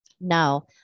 Now